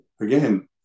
Again